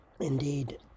Indeed